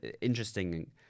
interesting